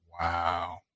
Wow